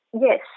yes